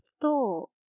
thought